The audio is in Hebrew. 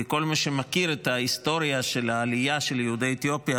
כי כל מי שמכיר את ההיסטוריה של העלייה של יהודי אתיופיה,